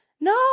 No